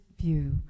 view